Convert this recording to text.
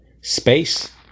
space